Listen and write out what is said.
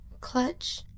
Clutch